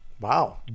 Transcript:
Wow